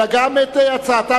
אלא גם את הצעתו